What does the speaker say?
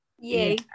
Yay